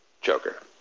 Joker